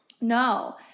No